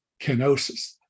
kenosis